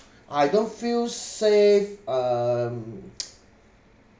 I don't feel safe um